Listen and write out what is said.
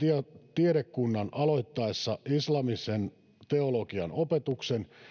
tiedekunnan aloittaessa islamilaisen teologian opetuksen